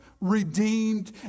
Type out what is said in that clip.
redeemed